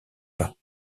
pas